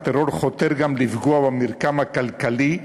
הטרור חותר גם לפגוע במרקם הכלכלי,